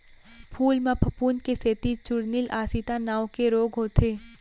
फूल म फफूंद के सेती चूर्निल आसिता नांव के रोग होथे